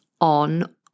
on